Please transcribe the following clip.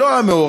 שלא היה מעורב,